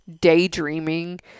daydreaming